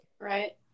right